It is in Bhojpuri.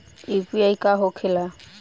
यू.पी.आई का होके ला?